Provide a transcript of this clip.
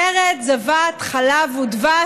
ארץ זבת חלב ודבש,